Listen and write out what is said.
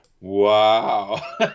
wow